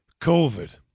COVID